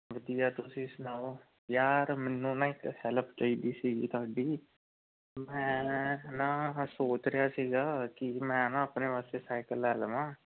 ਵਧੀਆ ਤੁਸੀਂ ਸੁਣਾਓ ਯਾਰ ਮੈਨੂੰ ਨਾ ਇੱਕ ਹੈਲਪ ਚਾਹੀਦੀ ਸੀਗੀ ਤੁਹਾਡੀ ਮੈਂ ਨਾ ਆਹ ਸੋਚ ਰਿਹਾ ਸੀਗਾ ਕਿ ਮੈਂ ਨਾ ਆਪਣੇ ਵਾਸਤੇ ਸਾਈਕਲ ਲੈ ਲਵਾਂ